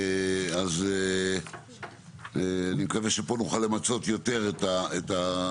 אז אני מקווה שפה נוכל למצות יותר את הדיון.